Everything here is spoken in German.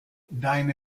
deine